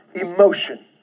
emotion